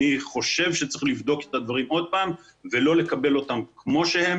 אני חושב שצריך לבדוק את הדברים עוד פעם ולא לקבל אותם כמו שהם.